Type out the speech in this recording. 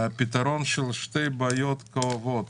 פתרון לשתי בעיות כואבות